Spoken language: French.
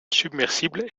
submersible